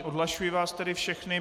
Odhlašuji vás tedy všechny.